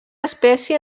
espècie